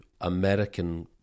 American